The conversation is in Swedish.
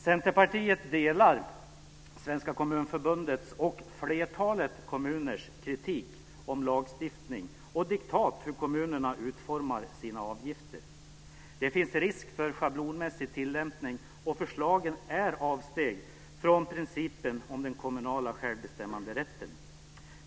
Centerpartiet delar Svenska Kommunförbundets och flertalet kommuners kritik av lagstiftning och diktat gällande hur kommunerna ska utforma sina avgifter. Det finns risk för schablonmässig tillämpning, och förslagen är avsteg från principen om den kommunala självbestämmanderätten.